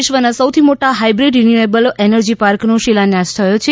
વિશ્વના સૌથી મોટા હાઇબ્રીડ રીન્યુએબલ એનર્જી પાર્કનો શિલાન્યાસ થયો છે